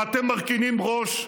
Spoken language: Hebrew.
ואתם מרכינים ראש.